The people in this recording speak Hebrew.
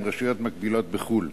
עם רשויות מקבילות בחו"ל,